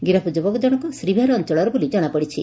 ଗିରଫ ଯୁବକ ଜଶଙ୍କ ଶ୍ରୀବିହାର ଅଞ୍ଚଳର ବୋଲି ଜଣାପଡିଛି